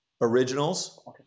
originals